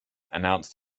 announced